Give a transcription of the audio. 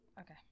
Okay